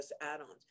add-ons